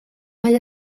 mae